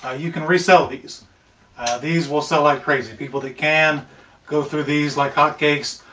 ah you can resell these these will sell like crazy people that can go through these like hotcakes.